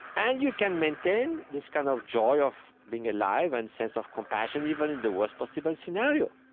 and you can maintain this kind of joy of being alive and sense of compassion even in the worst possible scenario,